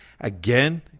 again